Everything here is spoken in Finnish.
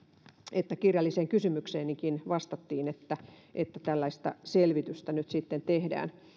että kirjalliseen kysymykseenikin vastattiin että että tällaista selvitystä nyt sitten tehdään